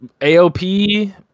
aop